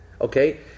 Okay